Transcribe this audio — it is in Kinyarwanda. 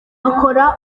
akora